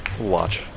watch